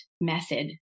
method